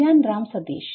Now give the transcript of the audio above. ഞാൻ റാം സതീഷ്